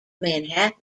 manhattan